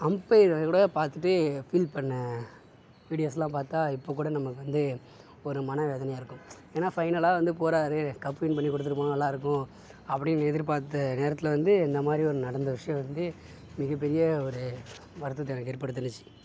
umpire கூட பார்த்துட்டு feel பண்ண வீடியோஸெலாம் பார்த்தா இப்போ கூட நமக்கு வந்து ஒரு மனவேதனையாக இருக்கும் ஏன்னால் ஃபைனலாக வந்து போறார் கப்பு வின் பண்ணி கொடுத்துட்டு போனால் நல்லாயிருக்கும் அப்படீன்னு எதிர்பார்த்த நேரத்தில் வந்து இந்தமாதிரி ஒன்று நடந்த விஷயோம் வந்து மிகப்பெரிய ஒரு வருத்தத்தை எனக்கு ஏற்படுத்துனுச்சு